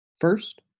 First